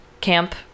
camp